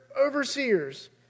overseers